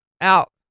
out